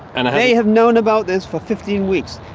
and they have known about this for fifteen weeks.